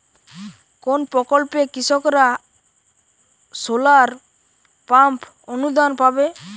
কোন প্রকল্পে কৃষকরা সোলার পাম্প অনুদান পাবে?